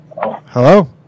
hello